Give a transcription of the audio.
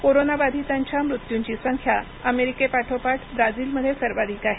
corona बाधितांच्या मृत्यूंची संख्या अमेरिकेपोपाठ ब्राझीलमध्ये सर्वाधिक आहे